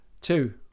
Two